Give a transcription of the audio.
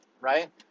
right